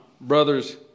brother's